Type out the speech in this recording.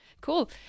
cool